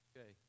Okay